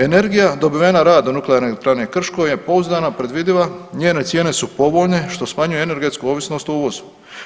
Energija dobivena radom nuklearne elektrane Krško je pouzdana, predvidiva, njene cijene su povoljne što smanjuje energetsku ovisnost o uvozu.